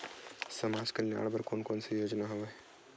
समस्या कल्याण बर कोन कोन से योजना हवय?